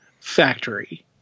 factory